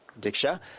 Diksha